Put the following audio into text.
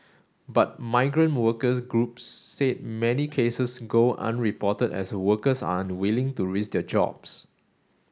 but migrant worker groups said many cases go unreported as workers are unwilling to risk their jobs